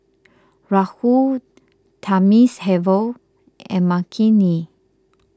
Rahul Thamizhavel and Makineni